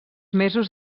mesos